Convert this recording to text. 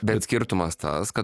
bet skirtumas tas kad